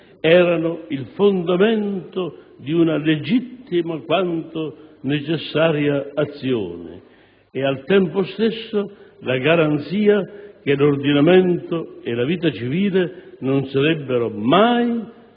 erano il fondamento di una legittima quanto necessaria azione e, al tempo stesso, la garanzia che l'ordinamento e la vita civile non sarebbero mai